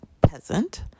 peasant